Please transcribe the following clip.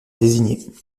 désignée